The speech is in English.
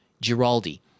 Giraldi